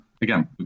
again